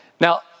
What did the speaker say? Now